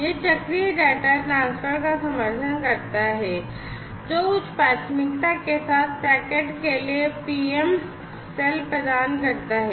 यह चक्रीय data transfer का समर्थन करता है जो उच्च प्राथमिकता के साथ पैकेट के लिए पीएम सेल प्रदान करता है